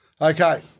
Okay